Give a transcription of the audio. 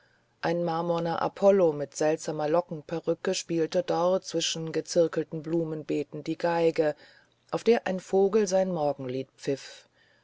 ein marmorner apollo mit seltsamer lockenperücke spielte dort zwischen gezirkelten blumenbeeten die geige auf der ein vogel sein morgenlied pfiff